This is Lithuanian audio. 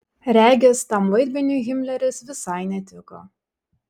regis tam vaidmeniui himleris visai netiko